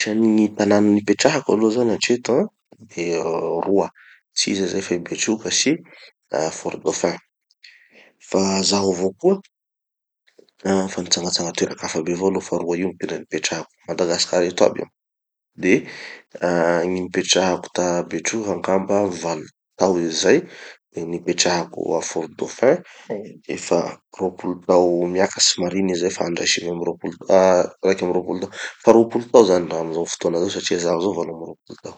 Gn'isany gny tanà nipetrahako aloha hatreto an, de roa, tsy iza zay fa i Betroka sy ah Fort-Dauphin. Fa zao avao koa fa nitsangatsanga toera-kafa aby avao aloha fa roa io gny tena nipetrahako. A madagasikara eto aby io. De nipetrahako ta betroka angamba valo tao izy zay, de nipetrahako a fort-dauphin, efa rôpolo tao miakatsy mariny izy zay fa handray sivy amby rôpolo ah raiky amby roapolo tao. Fa rôpolo tao zany raha amizao fotoana zao satria zaho zao valo amby rôpolo tao.